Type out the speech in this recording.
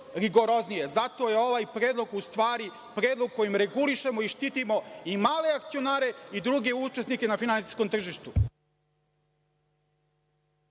rigoroznije. Zato je ovaj predlog, u stvari, predlog kojim regulišemo i štitimo i male akcionare i druge učesnike na finansijskom tržištu.